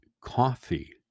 coffee